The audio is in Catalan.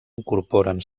incorporen